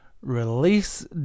release